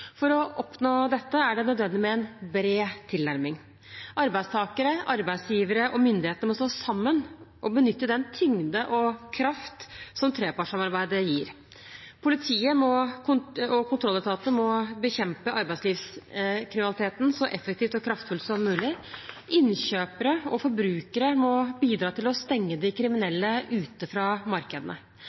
For å oppnå dette er det nødvendig med en bred tilnærming: Arbeidstakere, arbeidsgivere og myndigheter må stå sammen og benytte den tyngden og den kraften som trepartssamarbeidet gir. Politiet og kontrolletatene må bekjempe arbeidslivskriminaliteten så effektivt og kraftfullt som mulig. Innkjøpere og forbrukere må bidra til å stenge de kriminelle ute fra markedene.